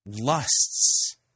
lusts